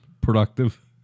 productive